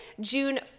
June